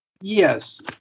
Yes